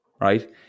right